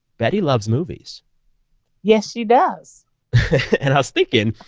betty loves movies yes, she does and i was thinking,